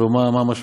הלוא מה המשמעות?